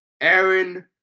Aaron